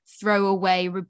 throwaway